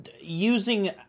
using